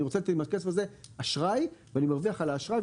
אני רוצה לתת עם הכסף הזה אשראי ואני מרוויח על האשראי,